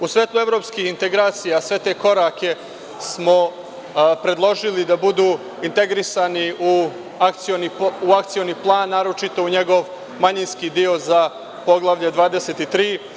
U svetlu evropskih integracija, sve te korake smo predložili da budu integrisani u akcioni plan, naročito u njegov manjinski dio za poglavlje 23.